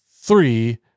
three